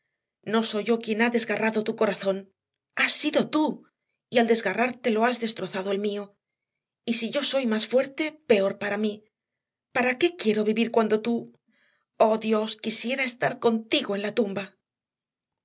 no soy yo quien ha desgarrado tu corazón has sido tú y al desgarrártelo has destrozado el mío y si yo soy más fuerte peor para mí para qué quiero vivir cuando tú oh dios quisiera estar contigo en la tumba